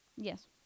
Yes